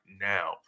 now